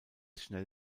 schnell